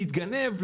להתגנב,